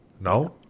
no